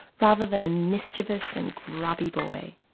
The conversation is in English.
rather than a mischievous and grubby boy.